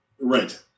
right